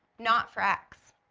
not for x.